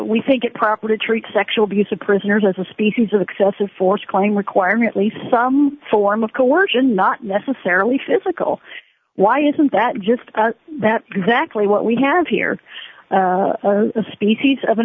we think it proper to treat sexual abuse of prisoners as a species of excessive force claim requirement least some form of coercion not necessarily physical why isn't that just that exactly what we have here as a species of an